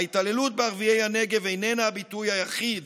ההתעללות בערביי הנגב איננה הביטוי היחיד